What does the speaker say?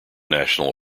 national